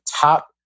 top